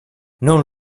non